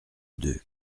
deux